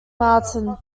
martin